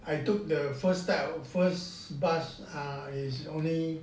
I took the first type of first bus ah is only